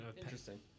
Interesting